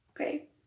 okay